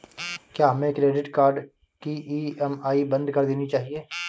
क्या हमें credit card की ई.एम.आई बंद कर देनी चाहिए?